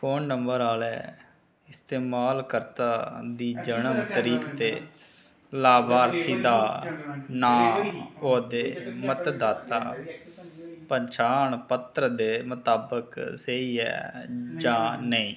phone number आह्ला इस्तेमालकर्ता दी जन्म तरीक ते लाभार्थी दा नांऽ ओह्दे मतदाता पंछान पत्र दे मुताबिक स्हेई ऐ जां नेईं